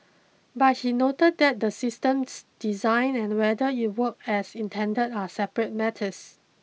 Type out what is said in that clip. but he noted that the system's design and whether it works as intended are separate matters